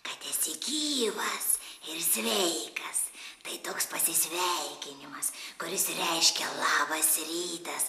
kad esi gyvas ir sveikas tai toks pasisveikinimas kuris reiškia labas rytas